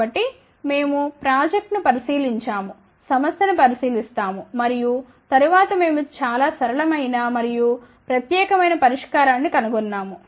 కాబట్టి మేము ప్రాజెక్ట్ ను పరిశీలించాము సమస్య ను పరిశీలిస్తాము మరియు తరువాత మేము చాలా సరళమైన మరియు ప్రత్యేకమైన పరిష్కారాన్ని కనుగొన్నాము